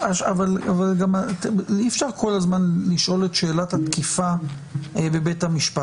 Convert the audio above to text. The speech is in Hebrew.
אי אפשר כל הזמן לשאול את שאלת התקיפה בבית-המשפט.